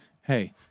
Hey